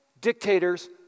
dictators